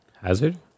Hazard